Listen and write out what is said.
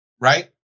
right